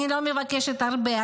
אני לא מבקשת הרבה.